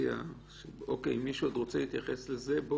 מישהו רוצה להתייחס לזה?